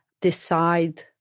decide